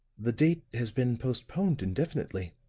the date has been postponed indefinitely.